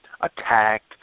attacked